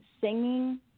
singing